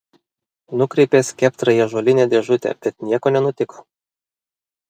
nukreipė skeptrą į ąžuolinę dėžutę bet nieko nenutiko